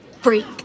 freak